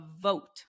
vote